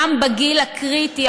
גם בגיל הקריטי,